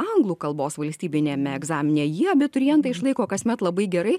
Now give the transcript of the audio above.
anglų kalbos valstybiniame egzamine jį abiturientai išlaiko kasmet labai gerai